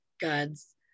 God's